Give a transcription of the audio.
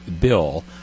bill